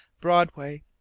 Broadway